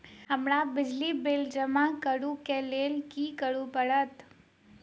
हमरा बिजली बिल जमा करऽ केँ लेल की करऽ पड़त?